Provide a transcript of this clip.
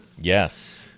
Yes